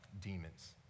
demons